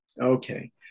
Okay